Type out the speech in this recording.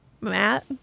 Matt